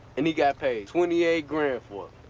and he got paid twenty eight grand for